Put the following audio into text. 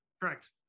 correct